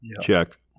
Check